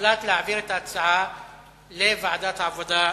הוחלט להעביר את ההצעה לוועדת העבודה,